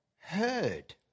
heard